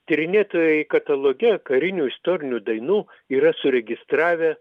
tyrinėtojai kataloge karinių istorinių dainų yra suregistravę